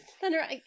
Thunder